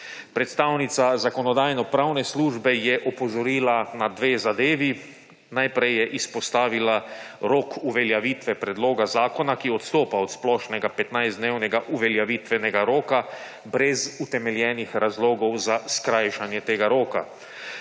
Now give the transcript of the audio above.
Predstavnica Zakonodajno-pravne službe je opozorila na dve zadevi. Najprej je izpostavila rok uveljavitve predloga zakona, ki odstopa od splošnega 15-dnevnega uveljavitvenega roka brez utemeljenih razlogov za skrajšanje tega roka.